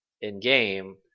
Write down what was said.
in-game